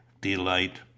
delight